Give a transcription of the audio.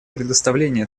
предоставлении